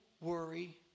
worry